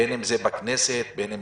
בין אם זה בכנסת, בין אם